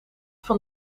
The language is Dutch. van